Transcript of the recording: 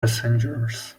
passengers